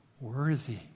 worthy